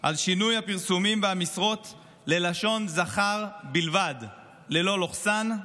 על שינוי הפרסומים והמשרות ללשון זכר בלבד ללא לוכסן,